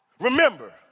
remember